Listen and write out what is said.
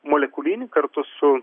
molekulinį kartu su